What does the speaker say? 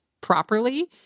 properly